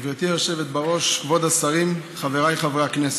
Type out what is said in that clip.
גברתי היושבת בראש, כבוד השרים, חבריי חברי הכנסת,